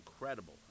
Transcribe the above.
incredible